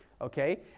Okay